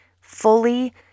fully